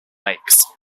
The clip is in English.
lakes